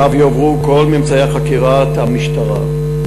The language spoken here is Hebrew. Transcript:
אליו יועברו כל ממצאי חקירת המשטרה.